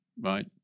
right